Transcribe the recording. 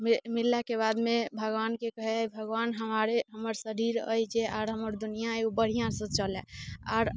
मि मिललाके बादमे भगवानके कहैत है भगवान हमारे हमर शरीर अइ जे आर हमर दुनिया अय ओ बढ़िआँसँ चले आर